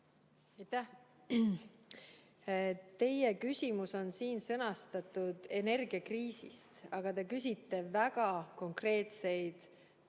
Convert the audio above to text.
Teie küsimus on sõnastatud "Energiakriisist", aga te küsite väga konkreetseid